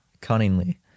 cunningly